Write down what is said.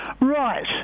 Right